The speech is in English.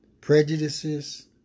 prejudices